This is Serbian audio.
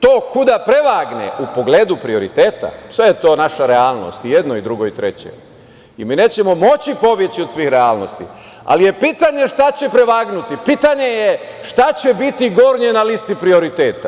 To kuda prevagne, u pogledu prioriteta, sve je to naša realnost, i jedno i drugo i treće, i mi nećemo moći pobeći od svih realnosti, ali je pitanje šta će prevagnuti, pitanje je šta će biti gornje na listi prioriteta.